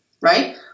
right